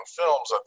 films